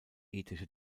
ethische